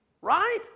Right